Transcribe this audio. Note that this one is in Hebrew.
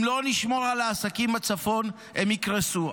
אם לא נשמור על העסקים בצפון הם יקרסו.